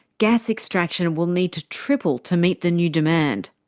gas extraction will need to triple to meet the new demand.